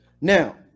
Now